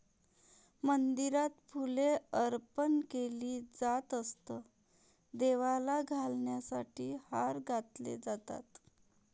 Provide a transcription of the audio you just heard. मंदिरात फुले अर्पण केली जात असत, देवाला घालण्यासाठी हार घातले जातात